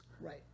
right